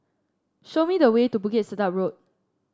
show me the way to Bukit Sedap Road